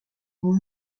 vous